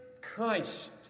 Christ